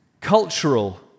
cultural